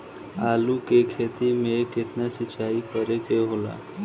आलू के खेती में केतना सिंचाई करे के होखेला?